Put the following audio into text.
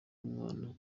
umwana